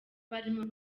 barimo